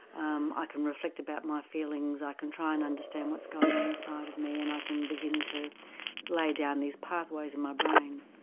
um i can reflect about my feelings, i can try and understand what's going on inside of me and i can begin to lay down these pathways in my brain.